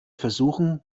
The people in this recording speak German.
versuchen